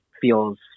feels